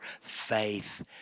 faith